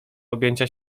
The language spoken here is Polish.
objęcia